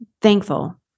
thankful